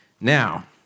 Now